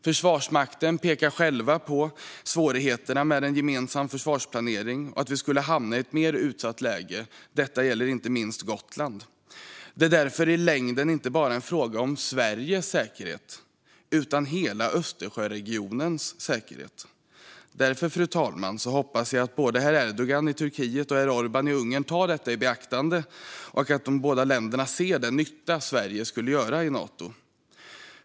Försvarsmakten pekar själv på svårigheterna med en gemensam försvarsplanering och att vi skulle hamna i ett mer utsatt läge. Detta gäller inte minst Gotland. Det är därför i längden inte bara en fråga om Sveriges säkerhet utan om hela Östersjöregionens säkerhet. Därför, fru talman, hoppas jag att både herr Erdogan i Turkiet och herr Orbán i Ungern tar detta i beaktande och att de båda länderna ser den nytta Sverige skulle göra i Nato.